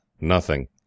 Nothing